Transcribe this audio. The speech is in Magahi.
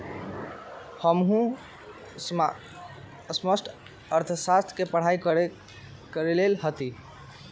हमहु समष्टि अर्थशास्त्र के पढ़ाई कएले हति